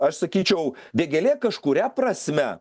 aš sakyčiau vėgėlė kažkuria prasme